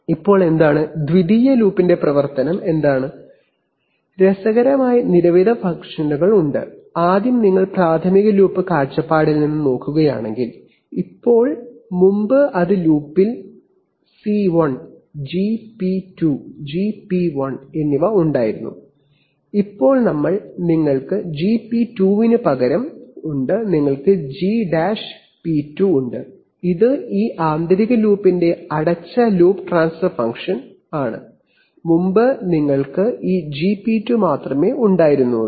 ഇപ്പോൾ എന്താണ് ദ്വിതീയ ലൂപ്പിന്റെ പ്രവർത്തനം എന്താണ് രസകരമായ നിരവധി ഫംഗ്ഷനുകൾ ഉണ്ട് ആദ്യം നിങ്ങൾ പ്രാഥമിക ലൂപ്പ് കാഴ്ചപ്പാടിൽ നിന്ന് നോക്കുകയാണെങ്കിൽ ഇപ്പോൾ മുമ്പ് അത് ലൂപ്പിൽ C 1 GP 2 GP 1 C1 Gp2 and Gp1എന്നിവ ഉണ്ടായിരുന്നു ഇപ്പോൾ ഞങ്ങൾ നിങ്ങൾക്ക് Gp2 ന് പകരം നിങ്ങൾക്ക് Gp2 ഉണ്ട് ഇത് ഈ ആന്തരിക ലൂപ്പിന്റെ അടച്ച ലൂപ്പ് ട്രാൻസ്ഫർ ഫംഗ്ഷനാണ് മുമ്പ് നിങ്ങൾക്ക് ഈ gp2 മാത്രമേ ഉണ്ടായിരുന്നുള്ളൂ